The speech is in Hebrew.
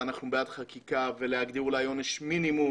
ואנחנו בעד חקיקה ואולי להגדיר עונש מינימום